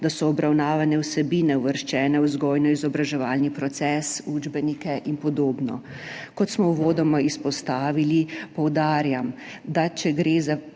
da so obravnavane vsebine uvrščene v vzgojno-izobraževalni proces, učbenike in podobno. Kot smo uvodoma izpostavili, poudarjam, da če gre za